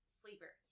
sleeper